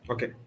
Okay